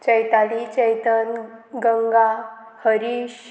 Chaitali Chaitan Ganga Harish